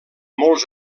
molts